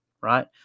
right